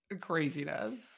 craziness